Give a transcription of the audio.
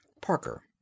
Parker